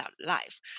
life